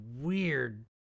weird